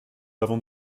avant